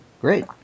Great